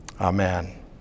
amen